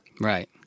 Right